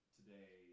today